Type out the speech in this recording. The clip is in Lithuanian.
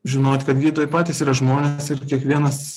žinot kad gydytojai patys yra žmonės ir kiekvienas